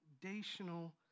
foundational